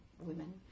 women